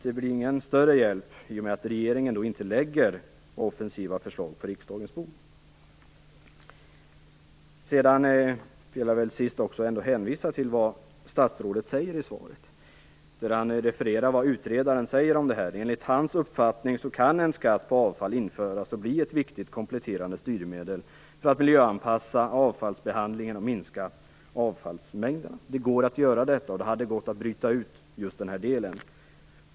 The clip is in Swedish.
Det blir ingen större hjälp i och med att regeringen inte lägger offensiva förslag på riksdagens bord. Till sist vill jag hänvisa till vad statsrådet säger i svaret om vad utredaren har sagt. Enligt utredarens uppfattning kan en skatt på avfall införas och bli ett viktigt kompletterande styrmedel för att miljöanpassa avfallsbehandlingen och minska avfallsmängden. Det går att göra det, och det hade gått att bryta ut just den här delen.